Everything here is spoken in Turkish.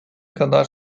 kadar